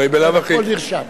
הכול נרשם.